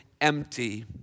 empty